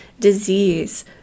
disease